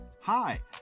Hi